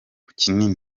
kinini